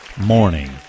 Morning